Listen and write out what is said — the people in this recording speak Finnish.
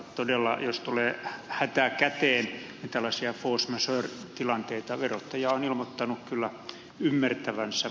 todella jos tulee hätä käteen tällaisia force majeure tilanteita verottaja on ilmoittanut kyllä ymmärtävänsä